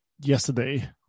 yesterday